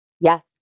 Yes